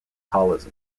holism